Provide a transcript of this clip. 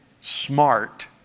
smart